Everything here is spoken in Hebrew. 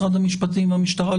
משרד המשפטים המשטרה,